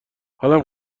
حالم